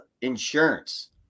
insurance